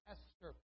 Esther